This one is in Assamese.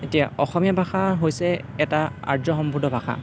এতিয়া অসমীয়া ভাষা হৈছে এটা আৰ্য সম্প্ৰদায়ৰ ভাষা